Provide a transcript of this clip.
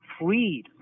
freed